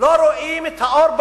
לא רואים את האור באופק,